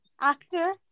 Actor